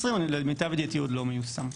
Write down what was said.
2020 אבל למיטב ידיעתי הוא עוד לא מיושם.